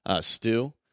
stew